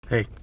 Hey